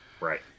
Right